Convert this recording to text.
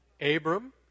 Abram